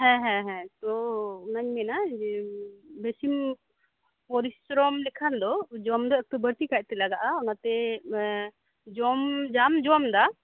ᱦᱮᱸ ᱦᱮᱸ ᱛᱚ ᱚᱱᱟᱧ ᱢᱮᱱᱟ ᱡᱮ ᱵᱮᱥᱤᱢ ᱯᱚᱨᱤᱥᱨᱚᱢ ᱞᱮᱠᱷᱟᱱ ᱫᱚ ᱡᱚᱢᱫᱚ ᱮᱠᱴᱩ ᱵᱟᱹᱲᱛᱤ ᱠᱟᱭᱛᱮ ᱞᱟᱜᱟᱜ ᱟ ᱚᱱᱟᱛᱮ ᱡᱚᱢ ᱡᱟᱢ ᱡᱚᱢᱮᱫᱟ